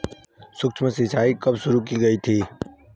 सूक्ष्म सिंचाई कब शुरू की गई थी?